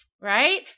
right